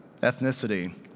ethnicity